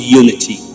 unity